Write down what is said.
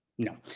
No